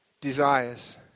desires